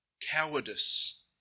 cowardice